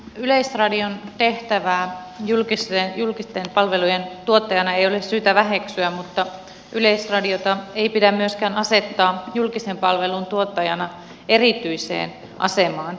yleisradion tehtävää julkisten palvelujen tuottajana ei ole syytä väheksyä mutta yleisradiota ei pidä myöskään asettaa julkisen palvelun tuottajana erityiseen asemaan